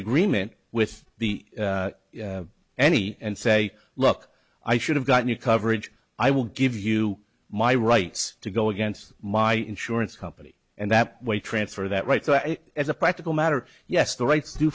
agreement with the ne and say look i should have gotten you coverage i will give you my rights to go against my insurance company and that way transfer that right so as a practical matter yes the rights to